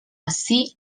ací